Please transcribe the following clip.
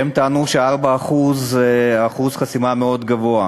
הם טענו ש-4% זה אחוז חסימה מאוד גבוה,